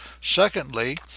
Secondly